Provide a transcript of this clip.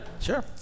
Sure